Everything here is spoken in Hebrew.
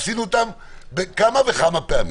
עשינו אותם כמה וכמה פעמים,